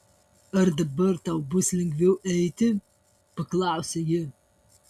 ar dabar tau bus lengviau eiti paklausė ji